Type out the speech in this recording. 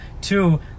two